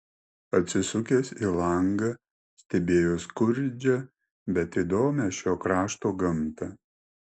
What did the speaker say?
atsisukęs į langą stebėjo skurdžią bet įdomią šio krašto gamtą